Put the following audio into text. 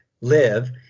live